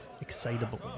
excitable